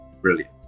brilliant